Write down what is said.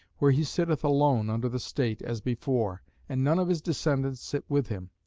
where he sitteth alone under the state, as before and none of his descendants sit with him,